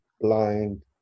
blind